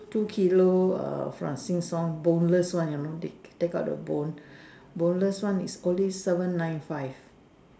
two kilo err from Sheng-Siong Boneless one you now they take out the bone Boneless one is only seven nine five